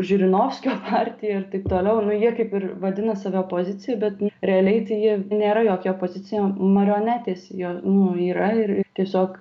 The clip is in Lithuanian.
žirinovskio partija ir taip toliau nu jie kaip ir vadina save opozicija bet realiai tai jie nėra jokia opozicija marionetės jo nu yra ir tiesiog